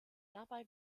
dabei